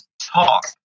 talk